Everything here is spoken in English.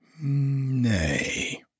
Nay